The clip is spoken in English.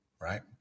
right